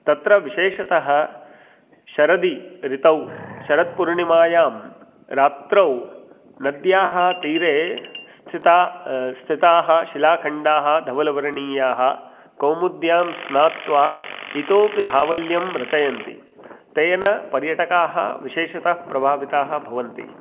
तत्र विशेषतः शरदि ऋतौ शरत्पूर्णिमायां रात्रौ नद्याः तीरे स्थिता स्थिताः शिलाखण्डाः धवलवर्णीयाः कौमुद्यां स्नात्वा इतोऽपि धावल्यं रचयन्ति तेन पर्यटकाः विशेषतः प्रभाविताः भवन्ति